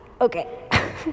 okay